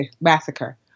massacre